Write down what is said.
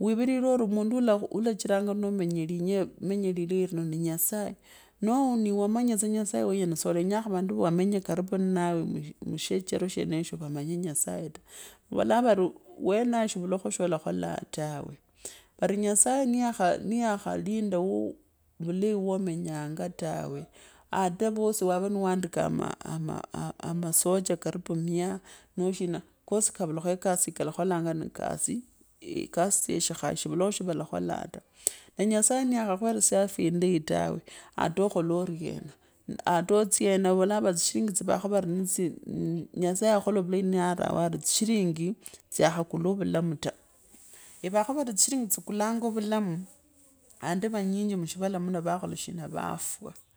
wivire ori mundu ulakhu ulachiranga neumenya limenya lilei lino ni nyasaye, noo niwe wamanya. Nyasaye wenyene, si wenya kha vundi va wamenya mnaivo karibu nnawe musheechero shenesho wamanye nyasaye niyakhulinda woo vule woomenyanga tawe atawoosi ave niwaandika ama amasocha ari mia noashira kosi kavulakho ekasi ya kalava nikalakholanga niekesi yashikhaya shivulikho shavala khalaata. Nee nyasaye niyakhakhweresya afya indai tawe, ata okhole oryema, ata otsyena vavolaaweri wa tshiringi tsivakho ni mmh. Nyasaye yakhola tsa vulei na rao ori tsishirinji tsikhakula ovulamu ta yiakho vari tshirinji tsikulanga ovulamu andi vanyinji mushivala muno venyinji emali vafwaa.